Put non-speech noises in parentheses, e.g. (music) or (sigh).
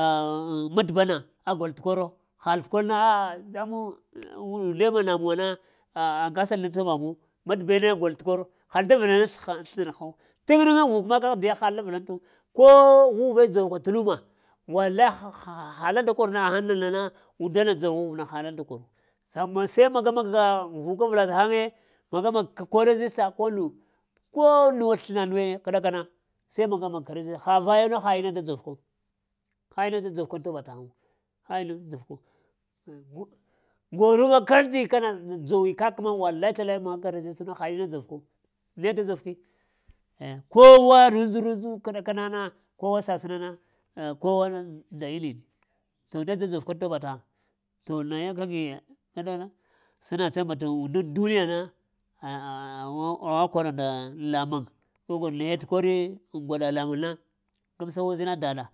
A ŋ mat’ bana agol t’ koro, hal t’ kor na apa ŋ u nde ma na muwa na aŋga sal daŋ toba muwu mat’ be na gol t'kəro hal da vəla ɗa t'slə slənar rho təŋ rəŋa vok maka ahdiya hal ta vəla ɗatu, ko ghuve dzow ka t'luma, walai ha la da kor na? Haŋ da kor na unda na dzow huv nu hahaŋ da koru ama se maga maga ka vok avla ta haŋe, maga maga ka ko regista ko nu ko nu sləna nuwe kəɗaka na na se maga-maga ka tə regista ta ha vayu na ha ina da dzov ku, ha ina da dzov ka in toba ta haŋu, ha ina da dzov ka goruba karti kana ŋ dzowi kak kana ma wallahi tallahi maga ka t’ ragistu na ha ina dzovku, ne da dzov ki kowa rədzu rədzu kəɗa ka na na kowa sassəna na na kowa na nda illi mi yi ni. To ne da dzor ka ŋ toba ta haŋi. To naye ka gi kana na səna ta bata undən duniya na (hesitation) wa kwara nda lamuŋ ka gol na ye t'kori ŋ gwaɗa lamuŋ na, gamsa wa uzina ɗaɗa